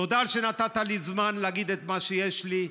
תודה על שנתת לי זמן להגיד את מה שיש לי.